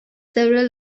several